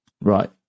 Right